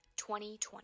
2020